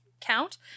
count